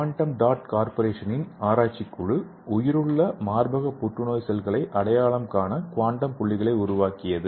quantum dot கார்ப்பரேஷனின் ஆராய்ச்சி குழு உயிருள்ள மார்பக புற்றுநோய் செல்களை அடையாளம் காண குவாண்டம் புள்ளிகளை உருவாக்கியது